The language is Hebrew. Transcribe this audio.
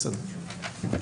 בסדר.